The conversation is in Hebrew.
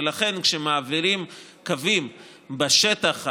ולכן, כשמעבירים קווים בשטח הלא-עירוני,